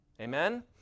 Amen